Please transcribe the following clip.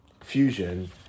fusion